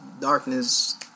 darkness